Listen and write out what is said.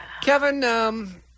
Kevin